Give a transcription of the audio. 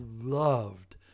loved